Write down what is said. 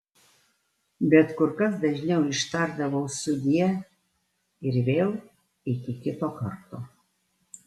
bet kur kas dažniau ištardavau sudie ir vėl iki kito karto